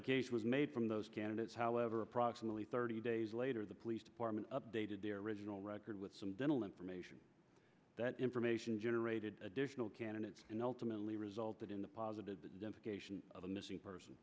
identification was made from those candidates however approximately thirty days later the police department updated their original record with some dental information that information generated additional candidates and ultimately resulted in the positive identification of a missing person